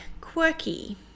quirky